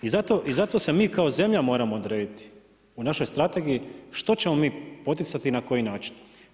I zato se mi kao zemlja moramo odrediti u našoj strategiji što ćemo mi poticati i na koji način.